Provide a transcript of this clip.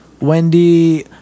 Wendy